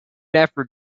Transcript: after